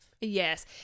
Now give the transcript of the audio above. Yes